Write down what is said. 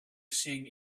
seeing